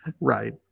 right